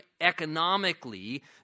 economically